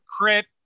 crit